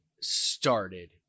started